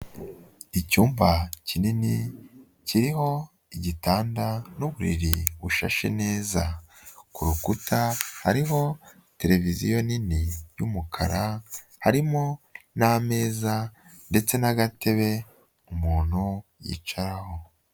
Icyumba kinini kiriho igitanda n'uburiri bushashe neza, ku rukuta hariho televiziyo nini y'umukara harimo n'ameza ndetse n'agatebe umuntu yicaraho.